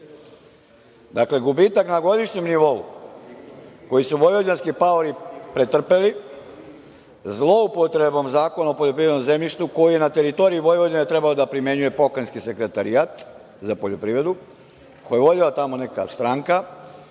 Dakle, gubitak na godišnjem nivou, koji su vojvođanski paori pretrpeli, zloupotrebom Zakona o poljoprivrednom zemljištu, koji je na teritoriji Vojvodine trebao da primenjuje Pokrajinski sekretarijat za poljoprivredu, koji je vodila tamo neka stranka,